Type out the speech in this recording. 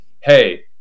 hey